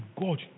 God